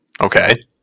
Okay